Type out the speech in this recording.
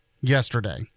yesterday